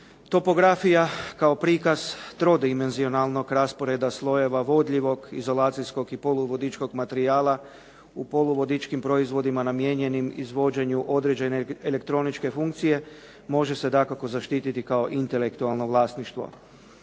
Topografija kao prikaz trodimenzionalnog rasporeda slojeva vodljivog izolacijskog i poluvodičkog materijala u poluvodičkim proizvodima namijenjenim izvođenju određene elektroničke funkcije, može se dakako zaštiti kao intelektualno vlasništvo.